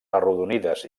arrodonides